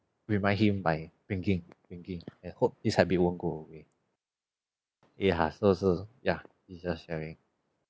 remind him by winking winking and hope this habit won't go away yeah so so ya it's just scaring